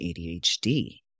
ADHD